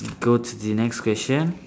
go to the next question